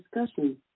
discussion